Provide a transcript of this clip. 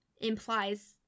implies